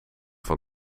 van